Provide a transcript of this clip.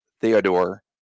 Theodore